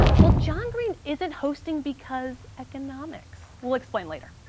well, john green isn't hosting because economics. we'll explain later.